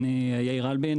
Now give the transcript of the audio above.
יאיר אלבין,